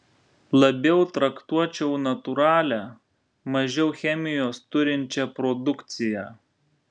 labiau traktuočiau natūralią mažiau chemijos turinčią produkciją